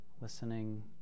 listening